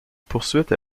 poursuite